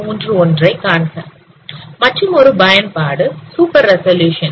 மற்றுமொரு பயன்பாடு super resolution